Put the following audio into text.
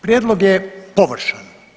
Prijedlog je površan.